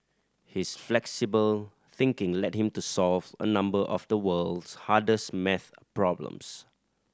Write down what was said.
his flexible thinking led him to solve a number of the world's hardest maths problems